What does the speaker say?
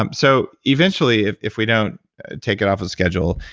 um so eventually, if if we don't take it off the schedule,